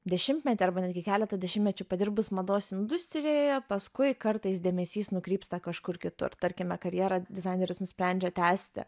dešimtmetį arba netgi keletą dešimtmečių padirbus mados industrijoje paskui kartais dėmesys nukrypsta kažkur kitur tarkime karjerą dizaineris nusprendžia tęsti